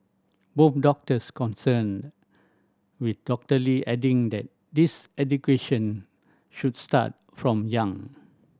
both doctors concerned with Doctor Lee adding that this education should start from young